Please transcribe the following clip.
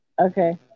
Okay